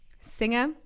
singer